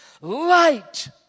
light